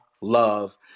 love